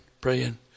praying